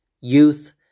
Youth